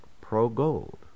pro-gold